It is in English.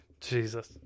Jesus